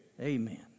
Amen